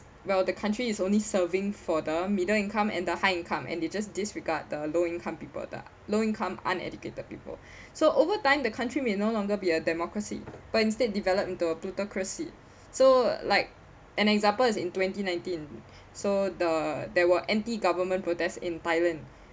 while the country is only serving for the middle income and the high income and they just disregard the low income people the low income uneducated people so over time the country may no longer be a democracy but instead develop into a plutocracy so like an example is in twenty nineteen so the there were anti-government protest in thailand